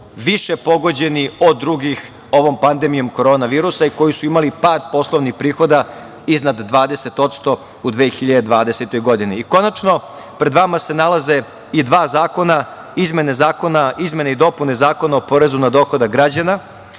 više pogođeni od drugih ovom pandemijom korona virusa i koji su imali pad poslovnih prihoda iznad 20% u 2020. godini. Konačno, pred vama se nalaze i dva zakona, izmene i dopune zakona o porezu na dohodak građana